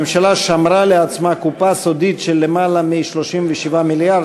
הממשלה שמרה לעצמה קופה סודית של למעלה מ-37 מיליארד